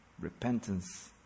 Repentance